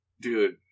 Dude